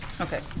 Okay